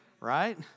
right